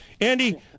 Andy